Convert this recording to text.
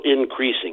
increasing